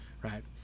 right